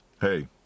hey